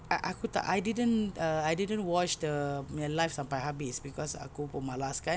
aku tak I didn't watch uh I didn't watch the punya live sampai habis cause aku pun malas kan